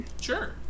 sure